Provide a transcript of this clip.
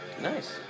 Nice